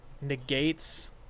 negates